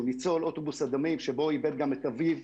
שהוא ניצול אוטובוס הדמים שבו הוא איבד גם את אביו,